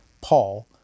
Paul